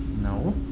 no.